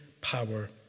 power